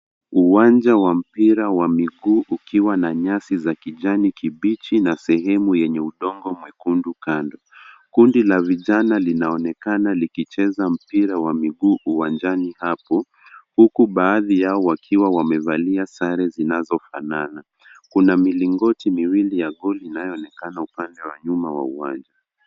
Uwanja wa mpira wa miguu ukiwa na nyasi za kijani kibichi na sehemu yenye udongo mwekundu kando. Kundi la vijana linaonekana likicheza mpira wa miguu uwanjani hapo, huku baadhi yao wakiwa wamevalia sare zinazofanana . Kuna milingoti miwili ya goli inayoonekana upande wa nyuma wa uwanja.